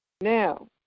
Now